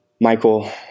Michael